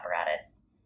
apparatus